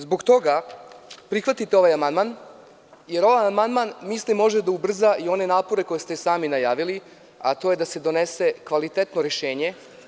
Zbog toga prihvatite ovaj amandman, jer mislim da ovaj amandman može da ubrza i one napore koje ste sami najavili, a to je da se donese kvalitetno rešenje.